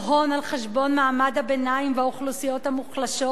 הון על חשבון מעמד הביניים והאוכלוסיות המוחלשות.